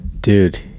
dude